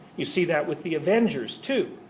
you see that with the avengers too.